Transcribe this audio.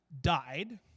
died